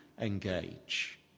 engage